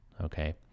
Okay